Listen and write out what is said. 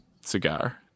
cigar